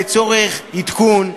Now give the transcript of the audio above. לצורך עדכון,